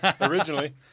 Originally